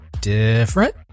different